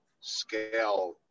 scale